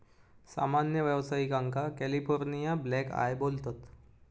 सामान्य व्यावसायिकांका California blackeye बोलतत